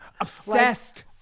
Obsessed